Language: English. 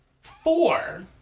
Four